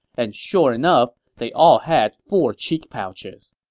and sure enough, they all had four cheek pouches